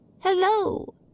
Hello